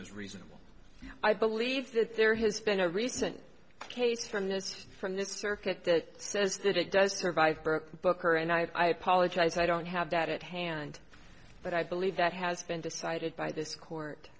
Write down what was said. is reasonable i believe that there has been a recent case from this from this circuit that says that it does survive booker and i apologize i don't have that it hand but i believe that has been decided by this court